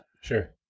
Sure